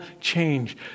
change